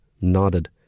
nodded